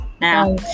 now